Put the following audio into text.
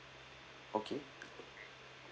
okay